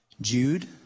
Jude